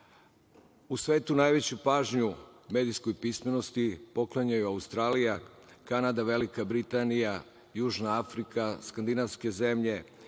U svetu najveću pažnju medijskoj pismenosti poklanjaju Australija, Kanada, Velika Britanija, Južna Afrika, skandinavske zemlje,